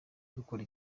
gukora